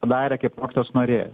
padarė kaip mokytojas norėjo